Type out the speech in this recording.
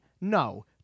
No